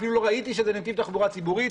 אפילו לא ראיתי שזה נתיב תחבורה ציבורית.